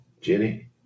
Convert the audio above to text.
Jenny